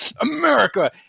America